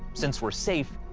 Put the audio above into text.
since we're safe,